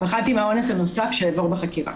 פחדתי מהאונס הנוסף שאעבור בחקירה".